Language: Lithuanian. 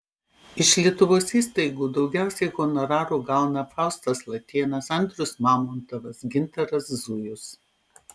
iš lietuvos įstaigų daugiausiai honorarų gauna faustas latėnas andrius mamontovas gintaras zujus